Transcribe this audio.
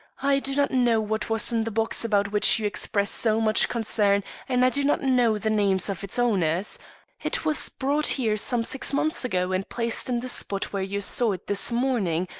i do not know what was in the box about which you express so much concern, and i do not know the names of its owners. it was brought here some six months ago and placed in the spot where you saw it this morning,